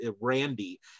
Randy